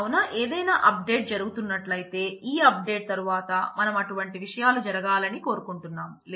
కావున ఏదైనా update జరుగుతున్నట్లయితే ఈ అప్ డేట్ తరువాత మనం అటువంటి విషయాలు జరగాలని కోరుకుంటున్నాము